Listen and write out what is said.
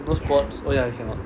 no sports oh ya you cannot